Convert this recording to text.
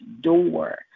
door